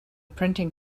printing